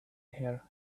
here